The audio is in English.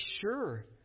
sure